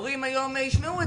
הורים היום ישמעו,